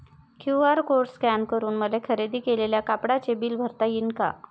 QR code scan करून मले खरेदी केलेल्या कापडाचे बिल भरता यीन का?